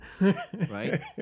Right